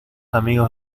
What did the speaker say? amigos